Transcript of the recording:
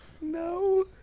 No